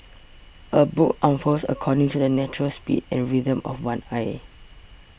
a book unfurls according to the natural speed and rhythm of one eye